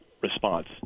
response